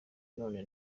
none